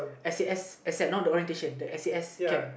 S_A_S as in not the orientation the S_A_S camp